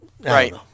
right